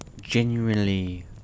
genuinely